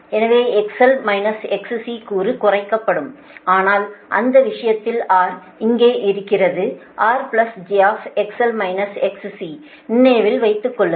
எனவே XL XC கூறு குறைக்கப்படும் ஆனால் அந்த விஷயத்தில் R அங்கே இருக்கிறது R j நினைவில் வைத்துக்கொள்ளுங்கள்